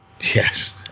Yes